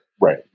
Right